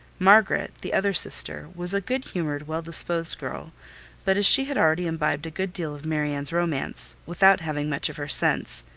margaret, the other sister, was a good-humored, well-disposed girl but as she had already imbibed a good deal of marianne's romance, without having much of her sense,